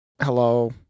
hello